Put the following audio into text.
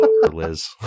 Liz